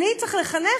אני צריך לחנך?